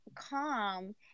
calm